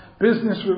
business